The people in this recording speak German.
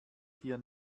hier